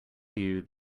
you